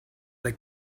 they